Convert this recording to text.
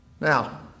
Now